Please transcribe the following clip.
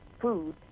food